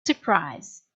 surprise